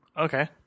Okay